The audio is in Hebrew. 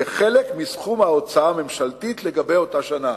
כחלק מסכום ההוצאה הממשלתית לגבי אותה שנה".